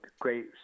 great